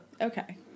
Okay